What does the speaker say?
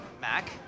mac